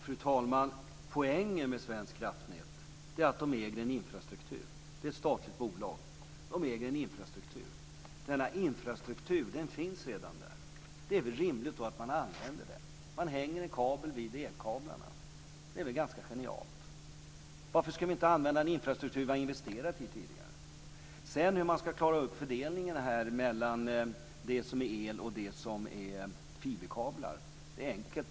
Fru talman! Poängen med Svenska Kraftnät är att man äger en infrastruktur. Det är ett statligt bolag. Denna infrastruktur finns redan där. Då är det väl rimligt att man använder den. Man hänger en elkabel vid elkablarna. Det är väl ganska genialt. Varför ska vi inte använda en infrastruktur som vi tidigare har investerat i? Frågan om hur man sedan ska klara ut fördelningen mellan det som är el och det som är fiberkablar är enkel.